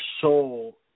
soul